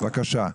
בבקשה,